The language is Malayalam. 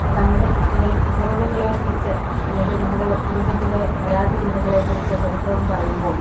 നമ്മുടെ കുട്ടികൾ കുറവുകളെ കുറിച്ച് അല്ലെങ്കിൽ നമ്മുടെ കുടുംബത്തിലെ പരാധീനതകളെ കുറിച്ച് പരിഭവം പറയുമ്പോൾ